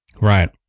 right